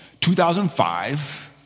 2005